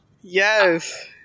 Yes